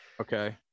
Okay